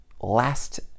last